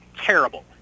terrible